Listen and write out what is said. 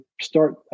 start